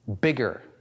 bigger